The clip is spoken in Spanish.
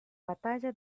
batalla